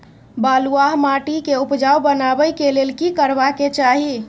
बालुहा माटी के उपजाउ बनाबै के लेल की करबा के चाही?